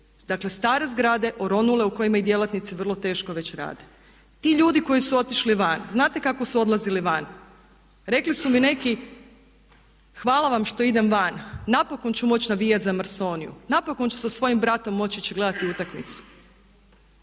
Dakle, stare zgrade, oronule u kojima i djelatnice vrlo teško već rade. Ti ljudi koji su otišli van, znate kako su odlazili van? Rekli su mi neki hvala vam što idem van, napokon ću moći navijati za Marsoniju, napokon ću sa svojim bratom moći ići gledati utakmicu.